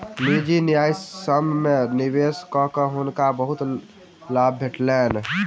निजी न्यायसम्य में निवेश कअ के हुनका बहुत लाभ भेटलैन